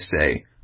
say